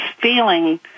feeling